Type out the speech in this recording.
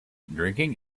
drinking